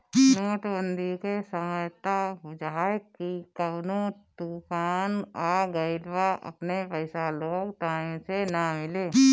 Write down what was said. note बंदी के समय त बुझाए की कवनो तूफान आ गईल बा अपने पईसा लोग के टाइम से ना मिले